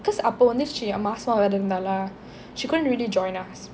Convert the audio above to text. because அப்போ வந்து மாசமா வேறே இருந்தார்களா:appo vanthu maasama vere irunthaangala she couldn't really join us